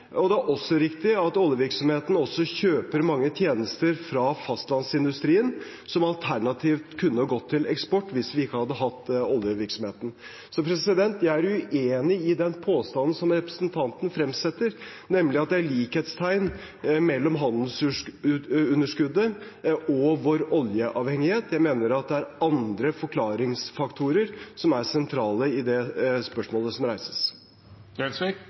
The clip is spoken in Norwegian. og det er også riktig at oljevirksomheten kjøper mange tjenester fra fastlandsindustrien som alternativt kunne gått til eksport hvis vi ikke hadde hatt oljevirksomheten. Jeg er uenig i den påstanden som representanten fremsetter, nemlig at det er likhetstegn mellom handelsunderskuddet og vår oljeavhengighet. Jeg mener det er andre forklaringsfaktorer som er sentrale i spørsmålet som reises.